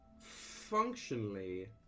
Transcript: functionally